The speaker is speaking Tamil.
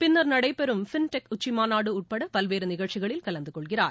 பின்னர் நடைபெறும் ஃபின் டெக் உச்சிமாநாடு உட்பட பல்வேறு நிகழ்ச்சிகளில் கலந்துகொள்கிறார்